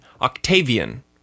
Octavian